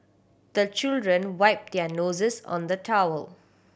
the children wipe their noses on the towel